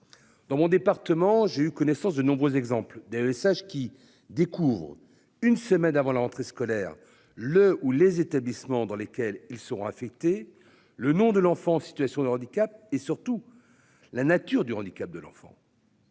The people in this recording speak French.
Dans mon département, j'ai eu connaissance de nombreux exemples des messages qui découvrent une semaine avant la rentrée scolaire le ou les établissements dans lesquels ils sont affectés. Le nom de l'enfant en situation de handicap et surtout la nature du handicap de l'enfant.--